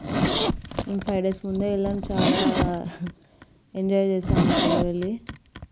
మేము five days ముందే వెళ్ళాం చాలా ఎంజాయ్ చేశాం అక్కడ వెళ్ళి